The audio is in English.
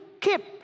keep